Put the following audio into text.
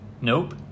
Nope